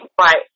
Right